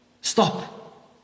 stop